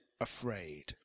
afraid